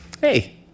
hey